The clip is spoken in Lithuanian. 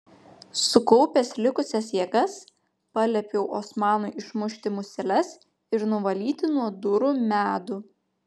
sukaupęs likusias jėgas paliepiau osmanui išmušti museles ir nuvalyti nuo durų medų